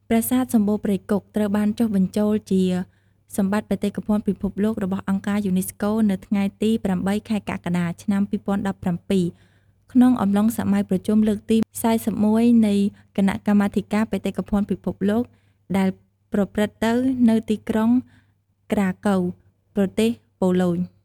ប្រាសាទសម្បូរព្រៃគុក ត្រូវបានចុះបញ្ចូលជា សម្បត្តិបេតិកភណ្ឌពិភពលោករបស់អង្គការយូណេស្កូ នៅថ្ងៃទី ៨ ខែកក្កដា ឆ្នាំ២០១៧ ក្នុងអំឡុងសម័យប្រជុំលើកទី ៤១ នៃគណៈកម្មាធិការបេតិកភណ្ឌពិភពលោក ដែលប្រព្រឹត្តទៅនៅទីក្រុង ក្រាកូវ (Krakow) ប្រទេសប៉ូឡូញ។